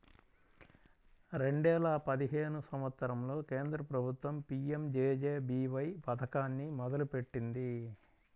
రెండేల పదిహేను సంవత్సరంలో కేంద్ర ప్రభుత్వం పీ.యం.జే.జే.బీ.వై పథకాన్ని మొదలుపెట్టింది